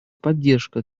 поддержка